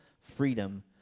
freedom